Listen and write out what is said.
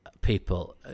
people